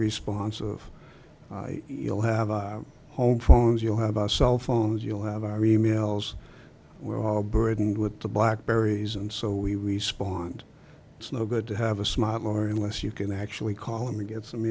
response of you'll have home phones you have our cell phones you'll have our emails were all burdened with the blackberries and so we respond it's no good to have a smile or unless you can actually call and we get some